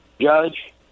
judge